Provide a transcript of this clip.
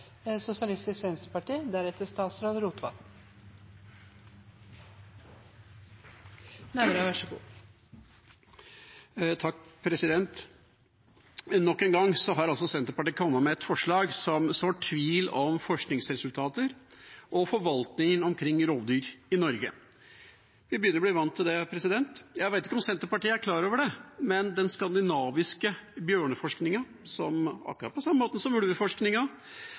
kommet med et forslag som sår tvil om forskningsresultater og forvaltningen av rovdyr i Norge. Vi begynner å bli vant til det. Jeg vet ikke om Senterpartiet er klar over det, men den skandinaviske bjørneforskningen er, akkurat på samme måte som